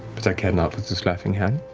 but i care not for this laughing hand.